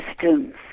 systems